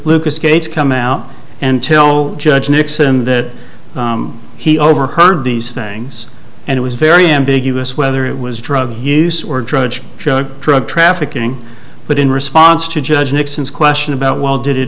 lucas case come out and tell judge nixon that he overheard these things and it was very ambiguous whether it was drug use or drudge drug trafficking but in response to judge nixon's question about well did it